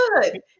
good